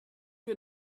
wir